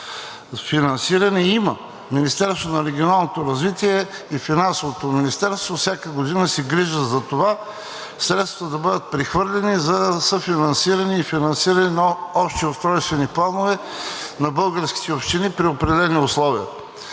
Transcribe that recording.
има, Министерството на регионалното развитие и Финансовото министерство всяка година се грижат за това средствата да бъдат прехвърлени за съфинансиране и финансиране на общи устройствени планове на българските общини при определени условия.